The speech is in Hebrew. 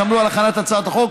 שעמלו על הכנת הצעת החוק,